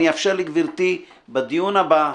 אני אאפשר לגברתי בדיון הבא,